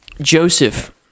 Joseph